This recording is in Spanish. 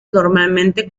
normalmente